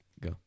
go